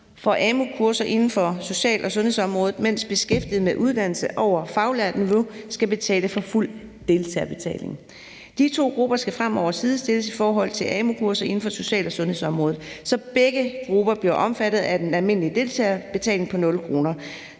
for amu-kurser inden for social- og sundhedsområdet, mens beskæftigede med uddannelse over faglært niveau skal betale fuld deltagerbetaling. De to grupper skal fremover sidestilles i forhold til amu-kurser inden for social- og sundhedsområdet, så begge grupper bliver omfattet af den almindelige deltagerbetaling på 0 kr.